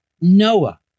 Noah